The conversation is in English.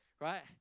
Right